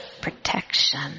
protection